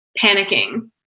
panicking